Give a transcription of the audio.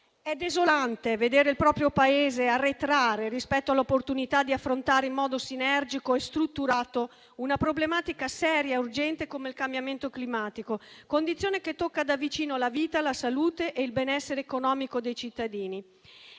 È desolante vedere il proprio Paese arretrare rispetto all'opportunità di affrontare in modo sinergico e strutturato una problematica seria e urgente come quella del cambiamento climatico, condizione che tocca da vicino la vita, la salute e il benessere economico dei cittadini.